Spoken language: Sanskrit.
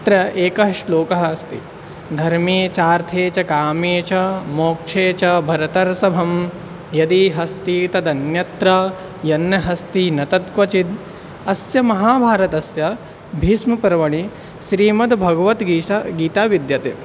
अत्र एकः श्लोकः अस्ति धर्मे चार्थे च कामे च मोक्षे च भरतर्षभः यदि हस्ति तदन्यत्र यनहस्ति न तत् क्वचित् अस्य महाभारतस्य भीष्मपर्वणि श्रीमद्भगवद्गीता गीता विद्यते